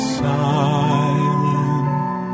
silent